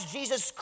Jesus